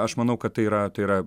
aš manau kad tai yra tai yra